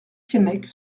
keinec